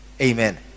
amen